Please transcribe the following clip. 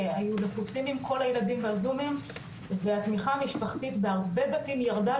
היו לחוצים עם כל הילדים והזומים והתמיכה המשפחתית בהרבה בתים ירדה,